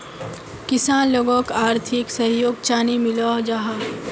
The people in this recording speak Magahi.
किसान लोगोक आर्थिक सहयोग चाँ नी मिलोहो जाहा?